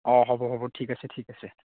অ হ'ব হ'ব ঠিক আছে ঠিক আছে